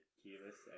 keyless